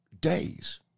days